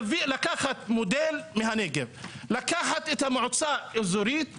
לקחת את המועצה האזורית מרחבים,